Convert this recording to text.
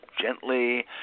gently